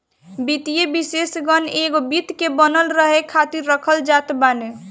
वित्तीय विषेशज्ञ एगो वित्त के बनल रहे खातिर रखल जात बाने